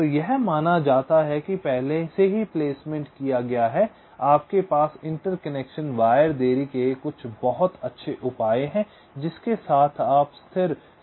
तो यह माना जाता है कि पहले से ही प्लेसमेंट किया गया है आपके पास इंटरकनेक्शन वायर देरी के कुछ बहुत अच्छे उपाय हैं जिसके साथ आप यह स्थिर समय विश्लेषण कर रहे हैं